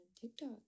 tiktok